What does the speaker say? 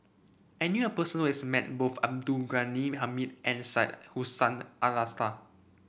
I knew a person who has met both Abdul Ghani Hamid and Syed Hussein Alatas